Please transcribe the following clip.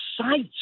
sights